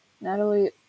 Natalie